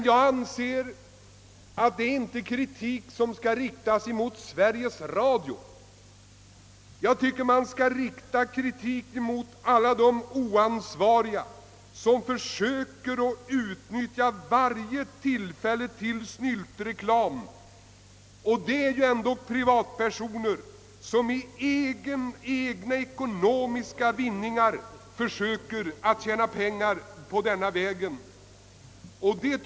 Jag anser att kritiken inte skall riktas mot Sveriges Radio utan mot alla de oansvariga som försöker utnyttja varje tillfälle till snyltreklam, d.v.s. privatpersoner som för egen ekonomisk vinnings skull försöker tjäna pengar på det sättet.